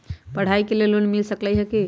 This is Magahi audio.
पढाई के लेल लोन मिल सकलई ह की?